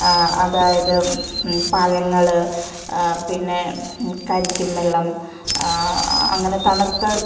അതായത് പഴങ്ങൾ പിന്നെ കരിക്കും വെള്ളം അങ്ങനെ തണുത്ത